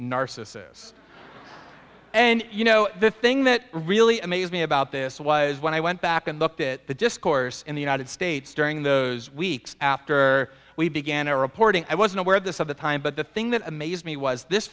narcissus and you know the thing that really amazed me about this was when i went back and looked at the discourse in the united states during those weeks after we began our reporting i wasn't aware of this of the time but the thing that amazed me was this